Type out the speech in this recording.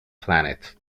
planet